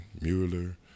Mueller